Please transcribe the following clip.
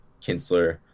Kinsler